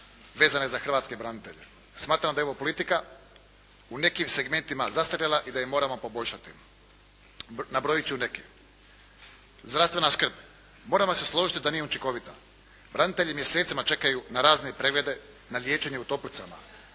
vezano za hrvatske branitelje. Smatram da je evo politika u nekim segmentima zastarjela i da je moramo poboljšati. Nabrojit ću neke. Zdravstvena skrb. Moramo se složiti da nije učinkovita. Branitelji mjesecima čekaju na razne preglede, na liječenje u toplicama.